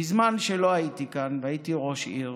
בזמן שלא הייתי כאן והייתי ראש עיר